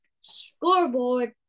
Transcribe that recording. scoreboard